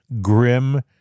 grim